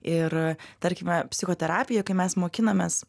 ir tarkime psichoterapija kai mes mokinamės